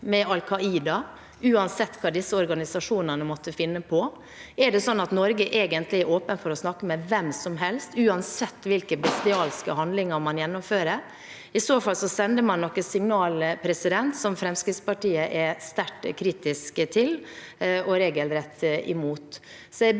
og Al Qaida, uansett hva disse organisasjonene måtte finne på. Er Norge egentlig åpen for å snakke med hvem som helst, uansett hvilke bestialske handlinger man gjennomfører? I så fall sender man nok et signal som Fremskrittspartiet er sterkt kritisk til og regelrett imot.